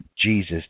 Jesus